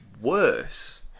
worse